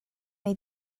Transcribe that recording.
wnei